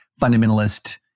fundamentalist